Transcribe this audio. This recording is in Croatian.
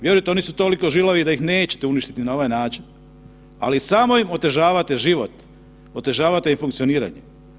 Vjerujte oni su toliko žilavi da ih nećete uništiti na ovaj način, ali samo im otežavate život, otežavate i funkcioniranje.